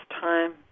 time